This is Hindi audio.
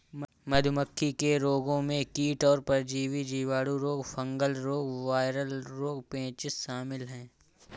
मधुमक्खी के रोगों में कीट और परजीवी, जीवाणु रोग, फंगल रोग, वायरल रोग, पेचिश शामिल है